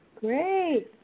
Great